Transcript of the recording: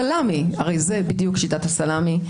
שיטת הסלמי הרי זאת בדיוק שיטת הסלמי.